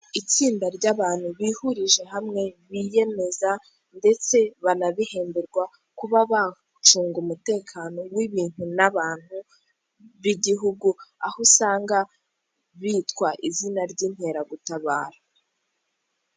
Itsinda ry'abantu bihurije hamwe, biyemeza ndetse banabihemberwa kuba bacunga umutekano, w'ibintu n'abantu b'igihugu, aho usanga bitwa izina ry'inkeragutabara.